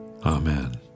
Amen